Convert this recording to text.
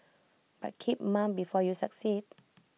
but keep mum before you succeed